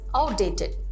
outdated